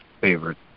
favorite